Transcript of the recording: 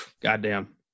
Goddamn